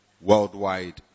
worldwide